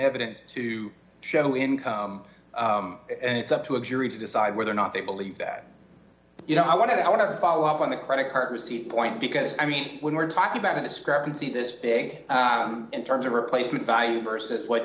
evidence to show income and it's up to a jury to decide whether or not they believe that you know i want to i want to follow up on the credit card receipt point because i mean when we're talking about a discrepancy this big in terms of replacement value versus what